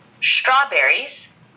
strawberries